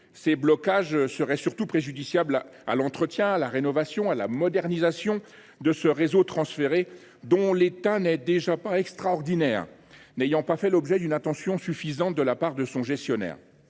Ces blocages seraient du reste préjudiciables à l’entretien, à la rénovation, à la modernisation de ce réseau transféré, dont l’état n’est déjà pas extraordinaire, faute d’une attention suffisante de la part de son gestionnaire.